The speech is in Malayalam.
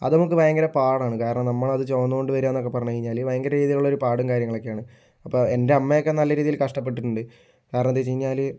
അത് നമുക്ക് ഭയങ്കര പാടാണ് കാരണം നമ്മളത് ചുമ്മന്നുകൊണ്ട് വരിക എന്നൊക്കെ പറഞ്ഞു കഴിഞ്ഞാല് ഭയങ്കര രീതിയിലുള്ള ഒരു പാടും കാര്യങ്ങളൊക്കെയാണ് അപ്പോൾ എന്റെ അമ്മയൊക്കെ നല്ല രീതിയില് കഷ്ടപ്പെട്ടിട്ടുണ്ട് കാരണമെന്തെന്ന് വച്ച് കഴിഞ്ഞാല്